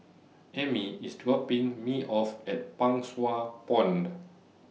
Emmie IS dropping Me off At Pang Sua Pond